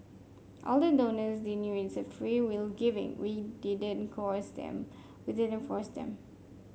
all the donors they knew it's a freewill giving we didn't coerce them we didn't force them